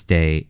Day